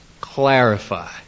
Clarify